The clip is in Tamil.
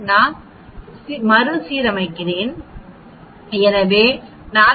நான் மறுசீரமைக்கிறேன் எனவே 42